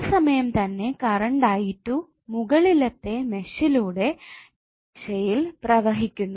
ആ സമയം തന്നെ കറണ്ട് i2 മുകളിലത്തെ മെഷ്ലൂടെ ഈ ദിശ യിൽ പ്രവഹിക്കുന്നു